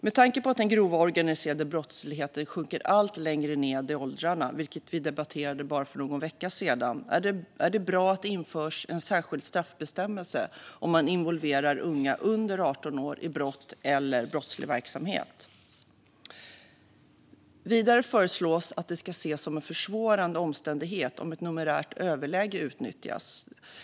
Med tanke på att den grova organiserade brottsligheten sjunker allt längre ned i åldrarna, vilket vi debatterade för bara någon vecka sedan, är det bra att det införs en särskild straffbestämmelse om man involverar unga under 18 år i brott eller brottslig verksamhet. Vidare föreslås att det ska ses som en försvårande omständighet om ett numerärt överläge utnyttjas.